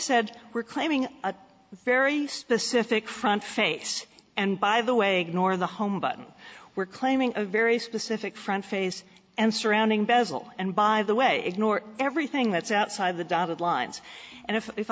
said we're claiming a very specific front face and by the way ignore the home button we're claiming a very specific front face and surrounding bezel and by the way ignore everything that's outside the dotted lines and if i